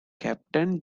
captain